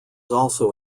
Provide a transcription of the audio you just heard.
also